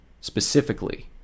specifically